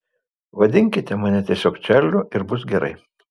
vadinkite mane tiesiog čarliu ir bus gerai